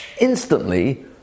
instantly